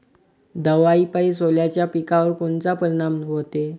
दवापायी सोल्याच्या पिकावर कोनचा परिनाम व्हते?